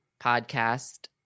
podcast